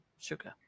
sugar